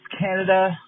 Canada